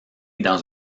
dans